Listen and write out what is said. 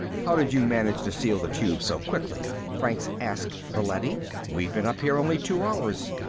how did you manage to seal the tube so quickly? franks asked the leady. we've been up here only two hours.